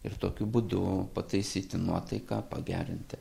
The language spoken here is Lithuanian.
ir tokiu būdu pataisyti nuotaiką pagerinti